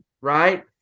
right